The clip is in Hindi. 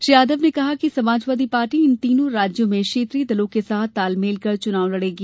श्री यादव ने कहा कि समाजवादी पार्टी इन तीनों राज्यों में क्षेत्रीय दलों के साथ तालमेल कर चुनाव लड़ेगी